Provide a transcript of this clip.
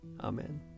Amen